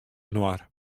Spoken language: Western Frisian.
inoar